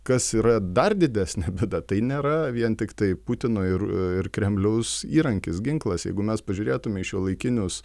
kas yra dar didesnė bėda tai nėra vien tiktai putino ir ir kremliaus įrankis ginklas jeigu mes pažiūrėtume į šiuolaikinius